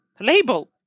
label